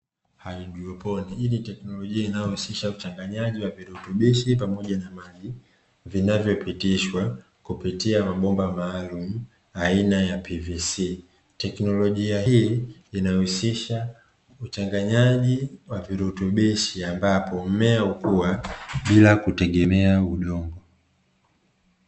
Hydroponi, hii ni teknolojia inayo husisha uchanganyaji wa virutubishi pamoja na maji vinavyo pitishwa kupitia mabomba maalim aina ya pvc . Teknolojia hii inahusisha uchanganyaji wa virutubishi ambapo mmea hukua bila kutegemea udongo.